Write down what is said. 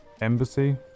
Embassy